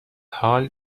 حال